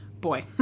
Boy